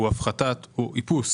מדובר באיפוס